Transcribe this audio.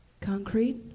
Concrete